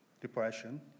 depression